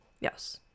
yes